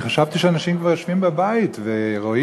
אני חשבתי שאנשים כבר יושבים בבית ורואים